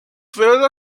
fell